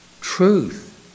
truth